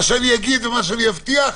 בוודאי, מה שאני אגיד ומה שאני אבטיח.